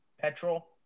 petrol